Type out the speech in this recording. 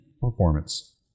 performance